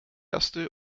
erste